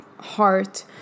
heart